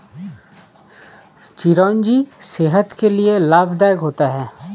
चिरौंजी सेहत के लिए लाभदायक होता है